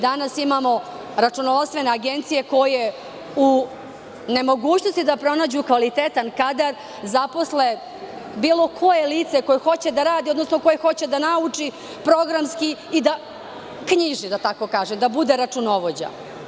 Danas imamo računovodstvene agencije koje u nemogućnosti da pronađu kvalitetan kadar zaposle bilo koje lice koje hoće da radi, prosto koje hoće da nauči programski da knjiži, da bude računovođa.